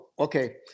Okay